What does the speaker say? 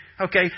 Okay